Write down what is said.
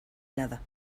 nada